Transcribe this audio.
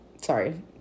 sorry